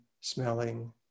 smelling